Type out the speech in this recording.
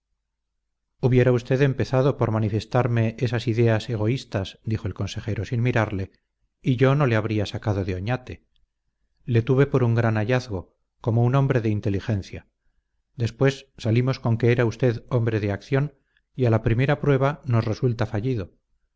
hubiera usted empezado por manifestarme esas ideas egoístas dijo el consejero sin mirarle y yo no le habría sacado de oñate le tuve por un gran hallazgo como hombre de inteligencia después salimos con que era usted hombre de acción y a la primera prueba nos resulta fallido